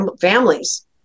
Families